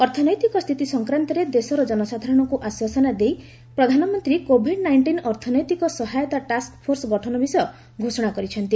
ଅର୍ଥନୈତିକ ସ୍ଥିତି ସଂକ୍ରାନ୍ତରେ ଦେଶର ଜନସାଧାରଣଙ୍କୁ ଆଶ୍ୱାସନା ଦେଇ ପ୍ରଧାନମନ୍ତ୍ରୀ କୋଭିଡ୍ ନାଇଣ୍ଟିନ୍ ଅର୍ଥନୈତିକ ସହାୟତା ଟାସ୍କଫୋର୍ସ ଗଠନ ବିଷୟ ଘୋଷଣା କରିଛନ୍ତି